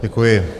Děkuji.